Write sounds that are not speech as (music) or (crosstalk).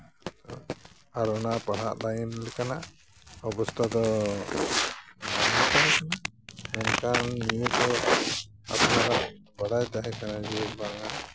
ᱟᱨ ᱚᱱᱟ ᱯᱟᱲᱦᱟᱜ ᱞᱟᱹᱭᱤᱱ ᱠᱟᱱᱟ ᱚᱵᱚᱥᱛᱟ ᱫᱚ (unintelligible) ᱛᱟᱦᱮᱠᱟᱱᱟ ᱢᱮᱱᱠᱷᱟᱱ ᱱᱤᱛᱚᱜ ᱵᱟᱰᱟᱭ ᱛᱟᱦᱮᱸᱠᱟᱱᱟ ᱡᱮ ᱵᱟᱝᱟ